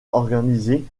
organisé